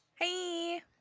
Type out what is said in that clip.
Hey